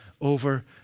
over